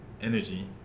Energy